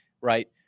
right